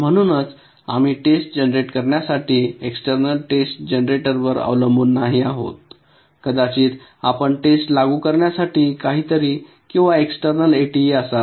म्हणूनच आम्ही test generate करण्यासाठी एक्सटेर्नल टेस्ट जनरेटरवर अवलंबून नाही आहोत कदाचित आपण टेस्ट लागू करण्यासाठी काहीतरी किंवा एक्सटेर्नल एटीई असाल